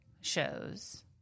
shows